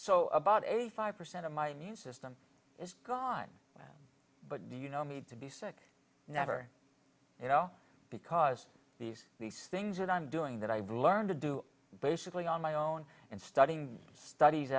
so about eighty five percent of my immune system is gone now but you know need to be sick never you know because these these things that i'm doing that i've learned to do basically on my own in studying studies